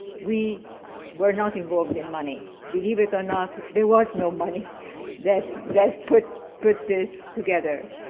we were not involved in money. believe it or not, there was no money that that put put this together.